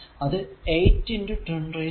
അത് 8 103